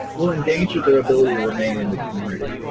will endanger their ability to remain in the community.